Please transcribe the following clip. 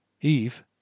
Eve